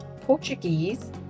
Portuguese